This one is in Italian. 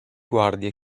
guardie